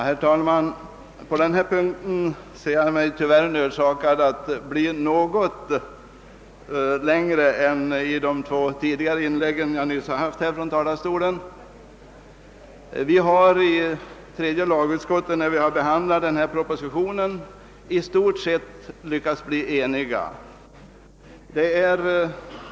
Herr talman! I detta ärende ser jag mig tyvärr nödsakad att bli mer utförlig än i de två tidigare inlägg som jag nyss har gjort från denna talarstol. Vi har inom tredje lagutskottet i stort sett lyckats bli eniga vid behandlingen av denna proposition.